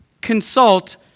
consult